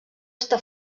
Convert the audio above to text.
està